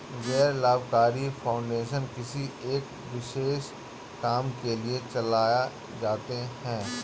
गैर लाभकारी फाउंडेशन किसी एक विशेष काम के लिए चलाए जाते हैं